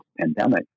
pandemic